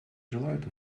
желают